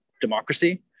democracy